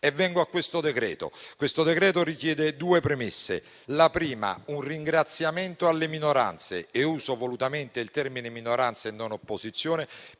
Vengo a questo decreto-legge, che richiede due premesse. In merito alla prima, un ringraziamento va alle minoranze, e uso volutamente il termine minoranze e non opposizione,